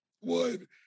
one